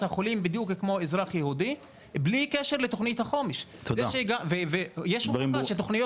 החולים בדיוק כמו אזרח יהודי בלי קשר לתוכנית החומש ויש פה גם תוכנית